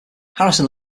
harrison